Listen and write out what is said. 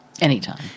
Anytime